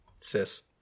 sis